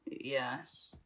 yes